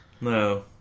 no